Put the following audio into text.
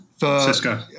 Cisco